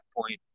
point